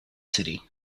city